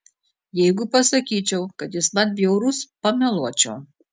jeigu pasakyčiau kad jis man bjaurus pameluočiau